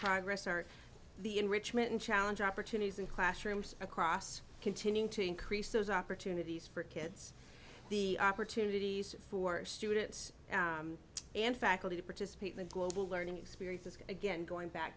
congress or the enrichment and challenge opportunities in classrooms across continuing to increase those opportunities for kids the opportunities for students and faculty to participate in the global learning experience is again going back